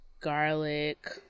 garlic